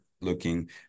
looking